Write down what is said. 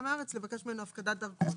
יציאה מהארץ, לבקש ממנו הפקדת דרכון.